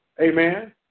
amen